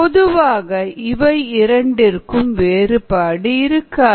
பொதுவாக இவை இரண்டிற்கும் வேறுபாடு இருக்காது